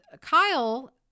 Kyle